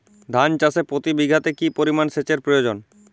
ধান চাষে প্রতি বিঘাতে কি পরিমান সেচের প্রয়োজন?